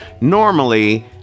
Normally